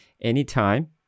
anytime